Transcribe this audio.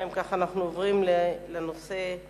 המיוחדת לסיוע